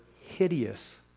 hideous